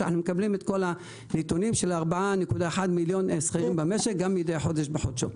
אנחנו מקבלים את כל הנתונים של 4.1 מיליון שכירים במשק מדי חודש בחודשו.